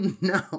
no